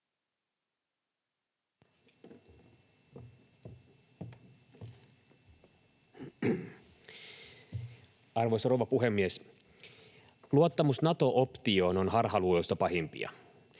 Arvoisa rouva puhemies! Luottamus Nato-optioon on harhaluuloista pahimpia.